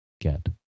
get